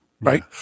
right